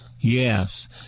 Yes